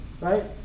right